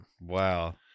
Wow